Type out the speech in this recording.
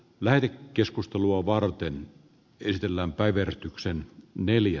väri keskustelua varten viritellään syytä edetä